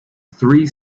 three